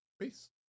peace